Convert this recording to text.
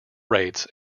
rates